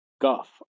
guff